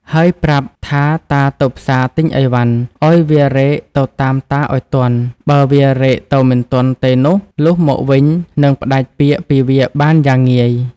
ហើយប្រាប់ថាតាទៅផ្សារទិញអីវ៉ាន់ ឱ្យវារែកទៅតាមតាឲ្យទាន់ បើវារែកទៅមិនទាន់ទេនោះ លុះមកវិញនឹងផ្ដាច់ពាក្យពីវាបានយ៉ាងងាយ